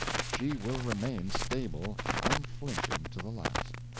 she will remain stable and unflinching to the last.